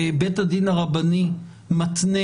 חוק ומשפט בהצעת חוק שיפוט בתי דין רבניים (נישואין וגירושין)